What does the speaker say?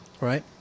Right